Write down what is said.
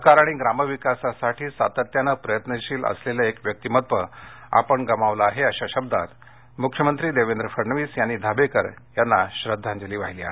सहकार आणि ग्रामविकासासाठी सातत्याने प्रयत्नशील असलेले एक व्यक्तिमत्त्व आपण गमावले आहे अशा शब्दांत मुख्यमंत्री देवेंद्र फडणवीस यांनी धाबेकर यांना श्रद्धांजली वाहिली आहे